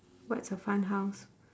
what's a fun house